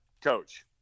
Coach